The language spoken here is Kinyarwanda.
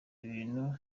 ibintu